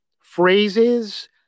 Phrases